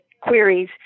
queries